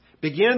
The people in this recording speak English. Begin